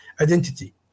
identity